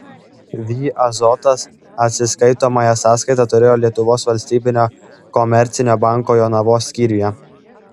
vį azotas atsiskaitomąją sąskaitą turėjo lietuvos valstybinio komercinio banko jonavos skyriuje